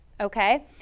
Okay